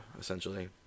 essentially